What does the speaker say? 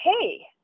hey